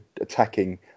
attacking